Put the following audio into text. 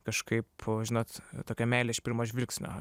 kažkaip žinot tokia meilė iš pirmo žvilgsnio